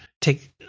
take